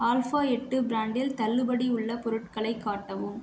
alpha எட்டு ப்ராண்டில் தள்ளுபடி உள்ள பொருட்களைக் காட்டவும்